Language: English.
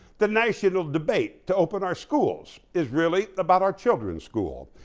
the national debate to open our schools is really about our children's school.